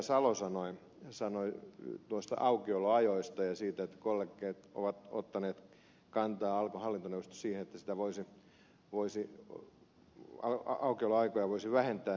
salo sanoi noista aukioloajoista ja siitä että kollegat ovat ottaneet kantaa alkon hallintoneuvostossa siihen että aukioloaikoja voisi vähentää